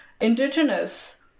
indigenous